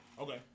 Okay